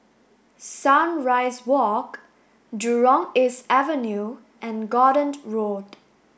Sunrise Walk Jurong East Avenue and Gordon Road